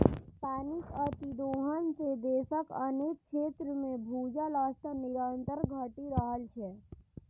पानिक अतिदोहन सं देशक अनेक क्षेत्र मे भूजल स्तर निरंतर घटि रहल छै